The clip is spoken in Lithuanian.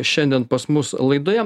šiandien pas mus laidoje